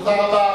תודה רבה,